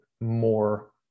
more